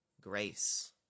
grace